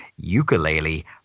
Ukulele